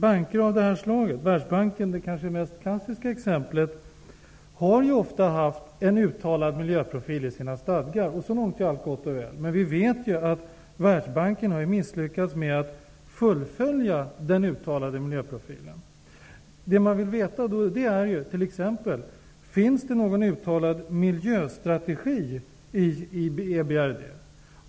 Banker av det här slaget -- Världsbanken är kanske det mest klassiska exemplet -- har ofta haft en uttalad miljöprofil i sina stadgar. Så långt är allt gott och väl. Men vi vet ju att Världsbanken har misslyckats med att leva upp till den uttalade miljöprofilen. Jag vill då veta: Finns det någon uttalad miljöstrategi i EBRD?